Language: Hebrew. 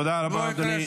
תודה רבה, אדוני.